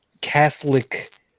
catholic